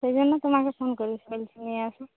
সেজন্য তোমাকে ফোন করেছি নিয়ে আসো